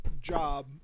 job